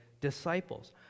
disciples